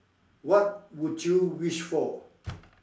what would you wish for